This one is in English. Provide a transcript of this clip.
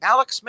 Alex